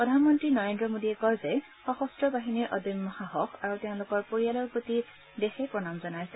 প্ৰধানমন্নী নৰেন্দ্ৰ মোদীয়ে কয় যে সশস্ত বাহিনীৰ অদম্য সাহস আৰু তেওঁলোকৰ পৰিয়ালৰ প্ৰতি দেশে প্ৰণাম জনাইছে